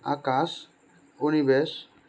Akash Anibesh